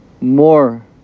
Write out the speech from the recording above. more